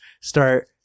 start